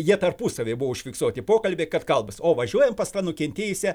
jie tarpusavyje buvo užfiksuoti pokalbį kad kalbas o važiuojam pas tą nukentėjusią